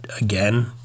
again